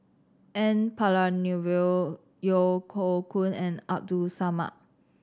N Palanivelu Yeo Hoe Koon and Abdul Samad